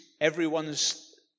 everyone's